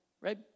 right